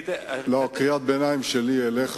לא, קריאת ביניים שלי אליך.